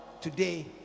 today